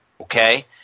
Okay